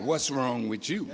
what's wrong with you